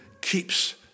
keeps